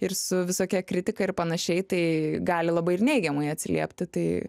ir su visokia kritika ir panašiai tai gali labai ir neigiamai atsiliepti tai